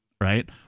right